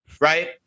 Right